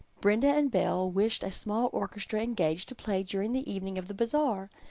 brenda and belle wished a small orchestra engaged to play during the evening of the bazaar,